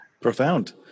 Profound